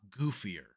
goofier